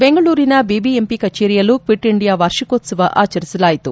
ಬೆಂಗಳೂರಿನ ಬಿಬಿಎಂಪಿ ಕಚೇರಿಯಲ್ಲೂ quit India ವಾರ್ಷಿಕೋತ್ಸವ ಆಚರಿಸಲಾಯಿತು